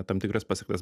tam tikras pasiektas